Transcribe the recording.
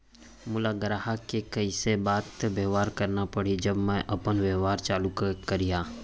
मोला ग्राहक से कइसे बात बेवहार करना पड़ही जब मैं अपन व्यापार चालू करिहा?